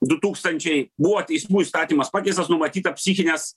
du tūkstančiai buvo teismų įstatymas pakeistas numatyta psichinės